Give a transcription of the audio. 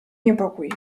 niepokój